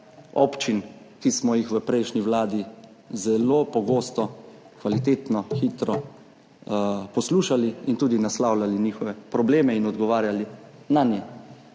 občin, ki smo jih v prejšnji vladi zelo pogosto kvalitetno, hitro poslušali in tudi naslavljali njihove probleme in odgovarjali nanje.